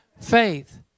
faith